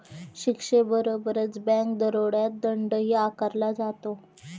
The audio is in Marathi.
शिक्षेबरोबरच बँक दरोड्यात दंडही आकारला जातो